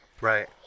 right